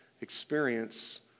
experience